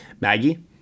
maggie